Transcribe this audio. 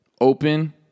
open